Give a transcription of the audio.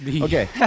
Okay